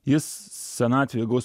jis senatvėje gaus